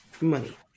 Money